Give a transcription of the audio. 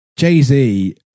Jay-Z